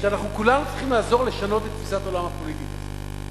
ואנחנו כולם צריכים לעזור לשנות את תפיסת העולם הפוליטית הזאת.